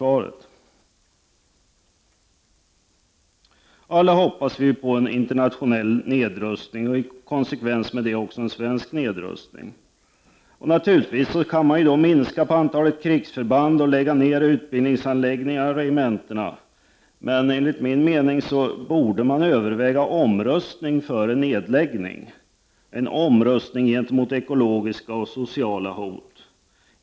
Alla hoppas vi på en internationell nedrustning och i konsekvens med det också en svensk nedrustning. Naturligtvis kan man minska på antalet krigsförband och lägga ned utbildningsanläggningar och regementen. Men enligt min mening borde man överväga en omröstning för en nedläggning, en omröstning gentemot ekologiska och sociala hot.